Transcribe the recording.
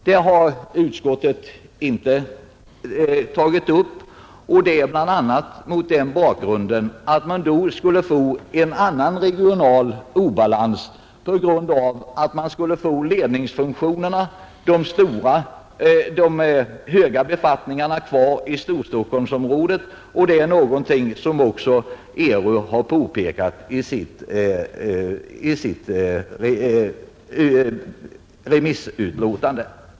Det har utskottet inte tagit upp, bl.a. mot den bakgrunden att man då skulle få en annan regional obalans. Ledningsfunktionerna, de höga befattningarna, skulle bli kvar i Storstockholmsområdet, något som också ERU har påpekat i sitt remissutlåtande.